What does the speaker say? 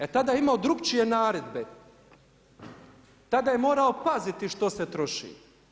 E tada je imao drukčije naredbe, tada je morao paziti što se troši.